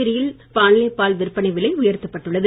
புதுச்சேரியில் பாண்லே பால் விற்பனை விலை உயர்த்தப்பட்டு உள்ளது